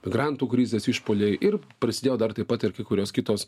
migrantų krizės išpuoliai ir prasidėjo dar taip pat ir kai kurios kitos